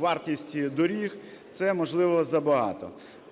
вартості доріг – це, можливо, забагато.